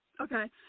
okay